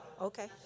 Okay